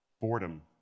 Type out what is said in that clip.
Boredom